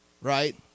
Right